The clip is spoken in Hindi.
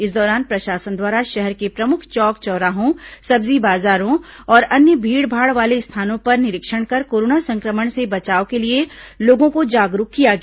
इस दौरान प्रशासन द्वारा शहर के प्रमुख चौक चौराहों सब्जी बाजारों और अन्य भीड़भाड़ वाले स्थानों पर निरीक्षण कर कोरोना संक्रमण से बचाव के लिए लोगों को जागरूक किया गया